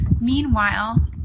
meanwhile